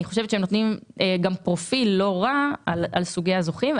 חושבת שהם נותנים גם פרופיל לא רע על סוגי הזוכים.